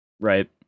Right